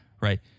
Right